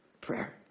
prayer